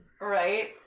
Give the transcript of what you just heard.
Right